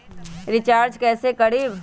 Recharge कैसे करीब?